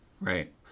Right